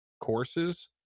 courses